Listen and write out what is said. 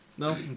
No